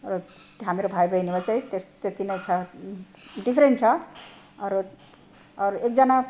र हामीहरू भाइबहिनीमा चाहिँ त्यस त्यति नै छ डिफरेन्ट छ अरू अरू एकजना